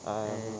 ah